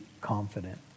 confident